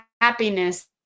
happiness